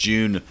June